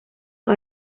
los